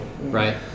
Right